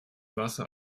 wasser